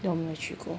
没有去过